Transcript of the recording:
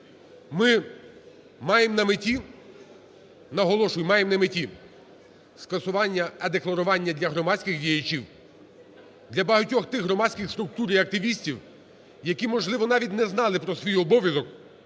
маємо на меті скасування е-декларування для громадських діячів, для багатьох тих громадських структур і в активістів, які, можливо, навіть не знали про свій обов'язок